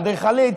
לאדריכלית,